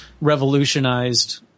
revolutionized